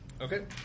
Okay